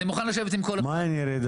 אני מוכן לשבת עם כל אחד --- במה אין ירידה?